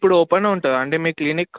ఇప్పుడు ఓపెన్ ఉంటుందా అండి మీ క్లినిక్